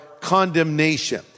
condemnation